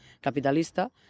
capitalista